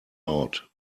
out